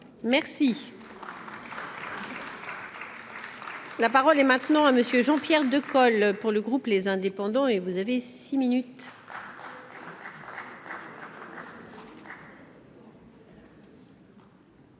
Merci. La parole est maintenant à monsieur Jean-Pierre de. Pour le groupe, les indépendants et vous avez 6 minutes.